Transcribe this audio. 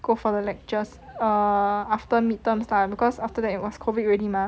go for the lectures err after midterm start because after that it was COVID already mah